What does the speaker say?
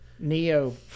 Neo